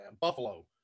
buffalo